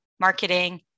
Marketing